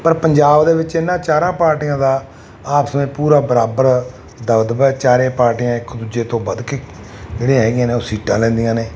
ਪਰ ਪੰਜਾਬ ਦੇ ਵਿੱਚ ਇਹਨਾਂ ਚਾਰ ਪਾਰਟੀਆਂ ਦਾ ਆਪਸ ਮੇਂ ਪੂਰਾ ਬਰਾਬਰ ਦਬਦਬਾ ਚਾਰ ਪਾਰਟੀਆਂ ਇੱਕ ਦੂਜੇ ਤੋਂ ਵੱਧ ਕੇ ਜਿਹੜੇ ਹੈਗੀਆਂ ਨੇ ਉਹ ਸੀਟਾਂ ਲੈਂਦੀਆਂ ਨੇ